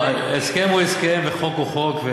לא, הסכם הוא הסכם וחוק הוא חוק,